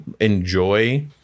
enjoy